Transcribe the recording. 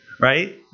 Right